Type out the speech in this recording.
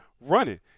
Running